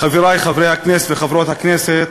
חברי חברי הכנסת וחברות הכנסת,